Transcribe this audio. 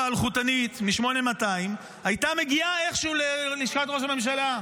ו' האלחוטנית מ-8200 הייתה מגיעה איכשהו ללשכת לראש הממשלה,